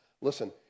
Listen